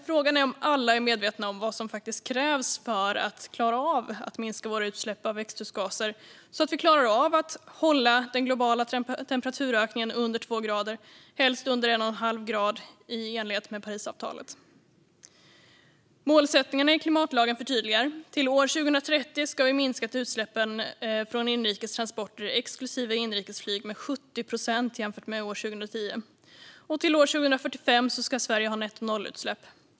Frågan är dock om alla är medvetna om vad som faktiskt krävs för att vi ska klara av att minska våra utsläpp av växthusgaser så att vi klarar att, i enlighet med Parisavtalet, hålla den globala temperaturökningen under 2 grader och helst under 1,5 grader. Målsättningarna i klimatlagen förtydligar: Till år 2030 ska vi ha minskat utsläppen från inrikes transporter, exklusive inrikesflyg, med 70 procent jämfört med 2010. Till år 2045 ska Sverige ha nettonollutsläpp.